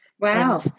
Wow